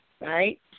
right